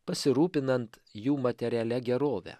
pasirūpinant jų materialia gerove